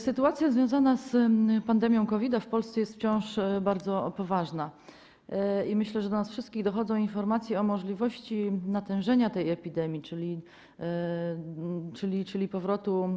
Sytuacja związana z pandemią COVID w Polsce jest wciąż bardzo poważna i myślę, że do nas wszystkich dochodzą informacje o możliwości natężenia tej epidemii, powrotu.